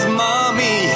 mommy